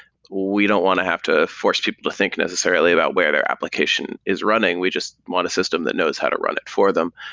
we don't want to have to force people to think necessarily about where their application is running. we just want a system that knows how to run it for them.